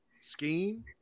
scheme